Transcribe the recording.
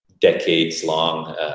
decades-long